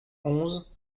onze